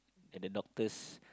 at the doctors